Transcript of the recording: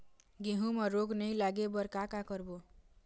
गेहूं म रोग नई लागे बर का का करबो?